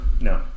No